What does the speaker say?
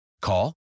Call